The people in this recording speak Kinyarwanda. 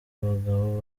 abagabo